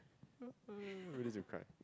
ready to cry